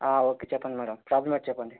okay చెప్పండి madam problem ఏంటో చెప్పండి